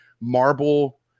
marble